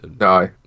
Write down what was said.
No